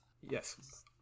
Yes